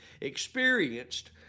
experienced